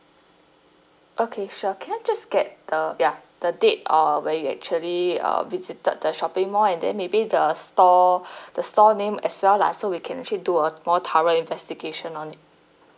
okay sure can I just get the ya the date or where you actually uh visited the shopping mall and then maybe the store the store name as well lah so we can actually do a more thorough investigation on it